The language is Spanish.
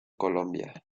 colombia